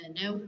no